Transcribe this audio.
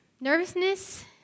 nervousness